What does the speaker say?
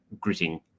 gritting